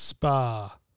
Spa